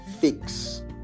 fix